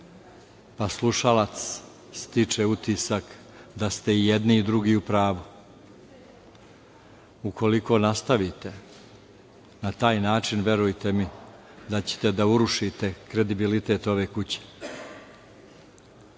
a slušalac stiče utisak da ste i jedni i drugi u pravu. Ukoliko nastavite na taj način, verujte mi da ćete da urušite kredibilitet ove